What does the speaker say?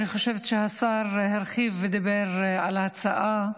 אני חושבת שהשר הרחיב ודיבר על ההצעה,